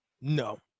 No